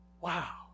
Wow